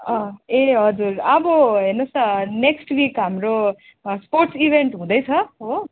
ए हजुर अब हेर्नुहोस् न नेक्स्ट विक हाम्रो स्पोर्टस इभेन्ट हुँदैछ हो